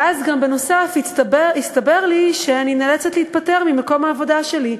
ואז גם התברר לי שאני נאלצת להתפטר ממקום העבודה שלי,